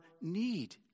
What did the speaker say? need